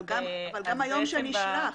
אבל גם היום שנשלח,